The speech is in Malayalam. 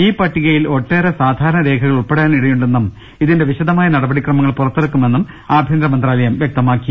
ഈ പട്ടികയിൽ ഒട്ടേറെ സാധാരണ രേഖകൾ ഉൾപ്പെ ടാനിടയുണ്ടെന്നും ഇതിന്റെ വിശദമായ നടപടിക്രമങ്ങൾ പുറത്തിറക്കുമെന്നും ആഭ്യന്തര മന്ത്രാലയം അറിയിച്ചു